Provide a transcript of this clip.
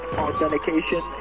authentication